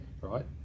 right